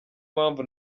mpamvu